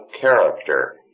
character